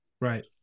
right